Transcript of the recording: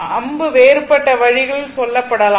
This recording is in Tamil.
அம்பு வேறுபட்ட வழிகளில் சொல்லப்படலாம்